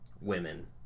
women